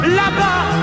là-bas